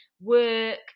work